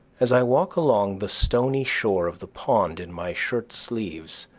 as i walk along the stony shore of the pond in my shirt-sleeves,